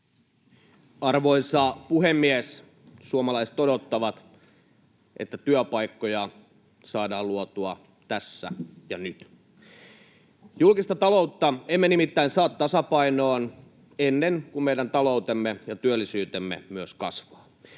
Arvoisa puhemies! Suomalaiset odottavat, että työpaikkoja saadaan luotua tässä ja nyt. Julkista taloutta emme nimittäin saa tasapainoon ennen kuin meidän taloutemme ja työllisyytemme myös kasvaa.